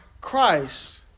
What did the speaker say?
Christ